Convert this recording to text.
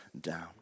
down